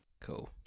Cool